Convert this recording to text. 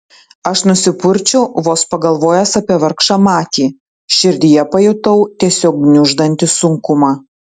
aš nusipurčiau vos pagalvojęs apie vargšą matį širdyje pajutau tiesiog gniuždantį sunkumą